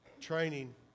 training